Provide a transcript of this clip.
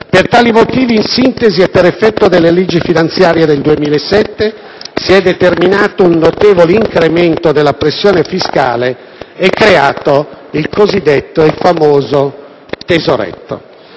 Per tali motivi e per effetto della legge finanziaria 2007 si è in sintesi determinato un notevole incremento della pressione fiscale e creato il cosiddetto e famoso tesoretto.